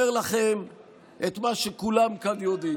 15 שנים הייתם.